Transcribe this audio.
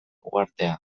uhartea